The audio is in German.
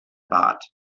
bart